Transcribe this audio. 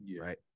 right